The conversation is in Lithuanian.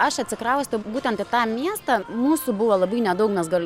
aš atsikraustę būtent į tą miestą mūsų buvo labai nedaug mes gal